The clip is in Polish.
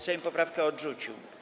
Sejm poprawkę odrzucił.